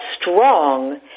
strong